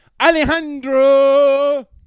Alejandro